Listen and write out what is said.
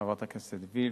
1. חברת הכנסת וילף,